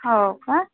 हवं का